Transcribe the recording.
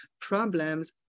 problems